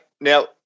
Now